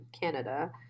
Canada